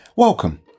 Welcome